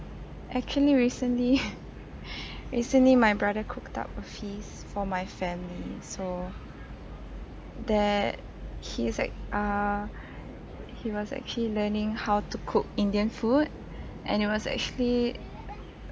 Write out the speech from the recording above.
actually recently recently my brother cooked up a feast for my family so that he's like err he was actually learning how to cook indian food and it was actually